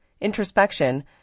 introspection